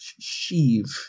Sheev